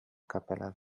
capella